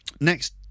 Next